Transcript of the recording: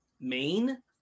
main